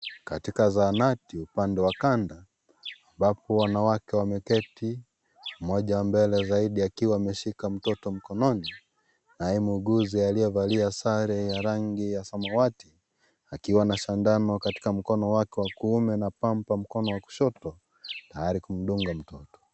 Katika zahanati upandwe wa kando, ambapo wanawake wameketi mmoja mbele zaidi akiwa ameshika mtoto mkononi naye muuguzi aliyevalia sare ya samawati akiwa na sindano katika mkono wake wa kuume na Pamper katika mkono wa kushoto tayari kumdunga mtoto.